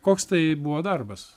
koks tai buvo darbas